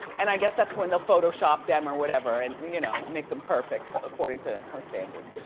and i guess that's when they'll photoshop them or whatever and you know make them perfect according to her standards.